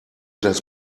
das